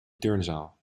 turnzaal